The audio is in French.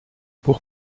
pour